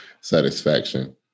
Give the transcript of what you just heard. satisfaction